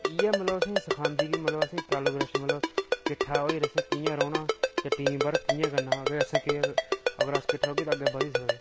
इ'यै मतलब असेंगी साखंदी कि मतलब कि असेंगी इम्प्रेशन मतलब किट्ठा होइयै असें कि'यां रौह्ना ते टीम वर्क कि'यां करना अगर असें के अगर अस किट्ठे रौह्गे ते अग्गै बधी सकगे